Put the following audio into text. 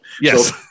yes